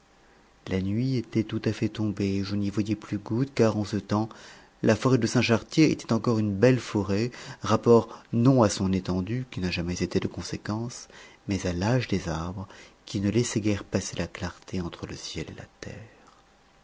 la nuit était tout à fait tombée et je n'y voyais plus goutte car en ce temps la forêt de saint chartier était encore une belle forêt rapport non à son étendue qui n'a jamais été de conséquence mais à l'âge des arbres qui ne laissaient guère passer la clarté entre le ciel et la terre